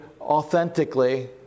authentically